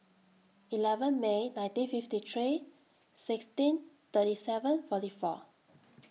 eleven May nineteen fifty three sixteen thirty seven forty four